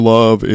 Love